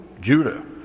Judah